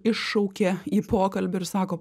iššaukė į pokalbį ir sako